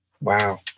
Wow